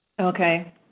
Okay